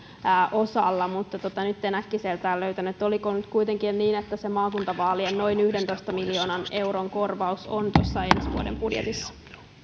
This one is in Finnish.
osalla mutta nyt en äkkiseltään löytänyt että oliko nyt kuitenkin niin että se maakuntavaalien noin yhdentoista miljoonan euron korvaus on tuossa ensi vuoden budjetissa